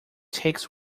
takes